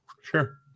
sure